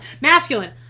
masculine